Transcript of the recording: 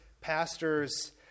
pastors